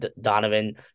Donovan